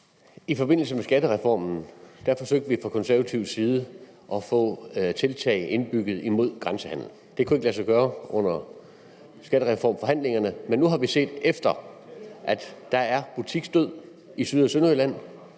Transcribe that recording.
I forbindelse med skattereformen forsøgte vi fra konservativ side at få indbygget nogle tiltag imod grænsehandel. Det kunne ikke lade sig gøre under skattereformforhandlingerne. Men nu har vi set efter, og der er butiksdød i Syd- og Sønderjylland.